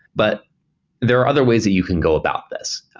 but there are other ways that you can go about this.